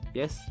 yes